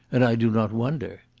and i do not wonder.